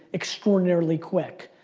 extraordinarily quick.